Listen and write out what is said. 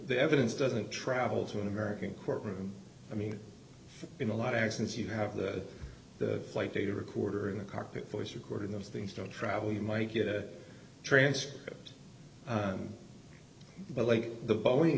the evidence doesn't travel to an american courtroom i mean in a lot of accidents you have that the flight data recorder in the cockpit voice recorder those things don't travel you might get a transcript but like the boeing